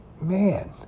man